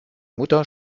mutter